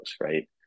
right